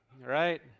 right